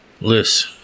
Liz